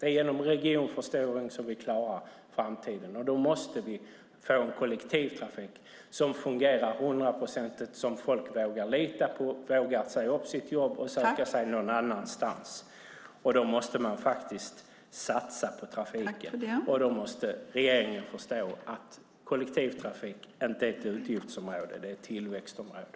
Det är genom regionförstoring som vi klarar framtiden. Då måste vi få en kollektivtrafik som fungerar hundraprocentigt och som folk vågar lita på så att de vågar säga upp sitt jobb och söka sig någon annanstans. Då måste man satsa på trafiken, och då måste regeringen förstå att kollektivtrafik inte är ett utgiftsområde utan ett tillväxtområde.